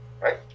Right